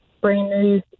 brand-new